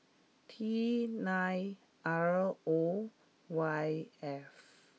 T nine R O Y F